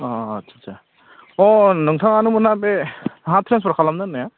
अ आस्स सा अ नोंथाङानोमोन ना बे हा ट्रेन्सफार खालामनो होननाया